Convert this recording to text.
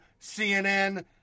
CNN